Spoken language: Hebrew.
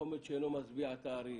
שאינו משביע את הארי.